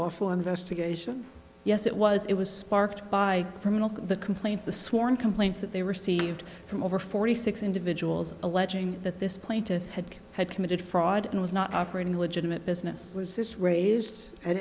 lawful investigation yes it was it was sparked by from the complaints the sworn complaints that they received from over forty six individuals alleging that this plaintiff had had committed fraud and was not operating a legitimate business was this raised at